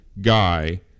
guy